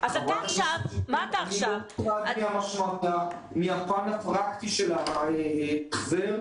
אני לא --- מן הפן הפרקטי של ההחזר.